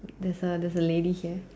there's a there's a lady here